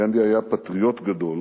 גנדי היה פטריוט גדול,